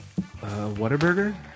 Whataburger